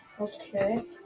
Okay